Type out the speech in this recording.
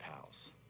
pals